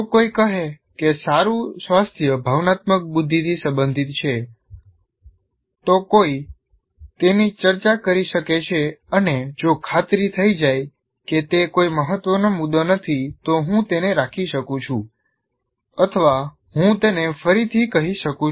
જો કોઈ કહે કે સારું સ્વાસ્થ્ય ભાવનાત્મક બુદ્ધિથી સંબંધિત છે તો કોઈ તેની ચર્ચા કરી શકે છે અને જો ખાતરી થઈ જાય કે તે કોઈ મહત્વનો મુદ્દો નથી તો હું તેને રાખી શકું છું અથવા હું તેને ફરીથી કહી શકું છું